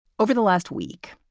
over the last week,